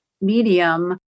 medium